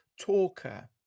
talker